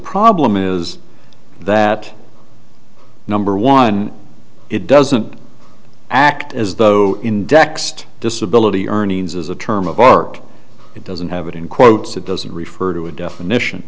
problem is that number one it doesn't act as though indexed disability earnings is a term of art it doesn't have it in quotes it doesn't refer to a definition